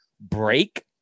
break